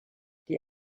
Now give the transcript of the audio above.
die